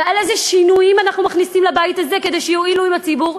ועל איזה שינויים אנחנו מכניסים לבית הזה כדי שיועילו לציבור.